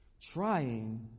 trying